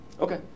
Okay